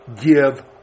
give